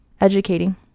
educating